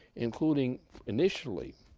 including initially,